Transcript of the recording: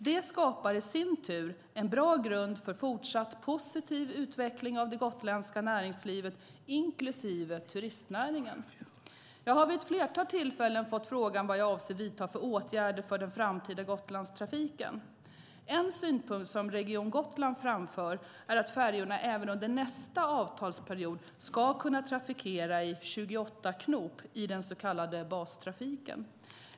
Det skapar i sin tur en bra grund för fortsatt positiv utveckling av det gotländska näringslivet, inklusive turistnäringen. Jag har vid flertal tillfällen fått frågan vad jag avser att vidta för åtgärder för den framtida Gotlandstrafiken. En synpunkt som Region Gotland framför är att färjorna även under nästa avtalsperiod ska kunna trafikera i 28 knop i den så kallade bastrafiken.